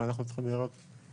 אבל אנחנו צריכים את הבשורות,